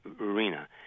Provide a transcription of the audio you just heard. arena